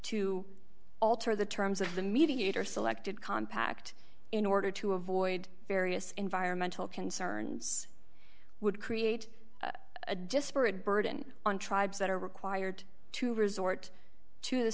to alter the terms of the mediator selected compact in order to avoid various environmental concerns would create a disparate burden on tribes that are required to resort to the